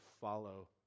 follow